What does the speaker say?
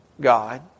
God